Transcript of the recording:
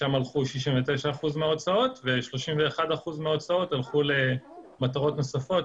לשם הלכו 69% מההוצאות; 31% הלכו למטרות נוספות,